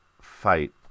fight